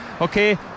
okay